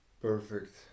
perfect